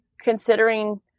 considering